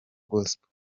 gospel